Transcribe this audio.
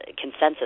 consensus